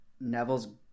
Neville's